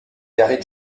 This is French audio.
gary